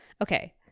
Okay